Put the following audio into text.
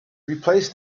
replace